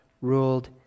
ruled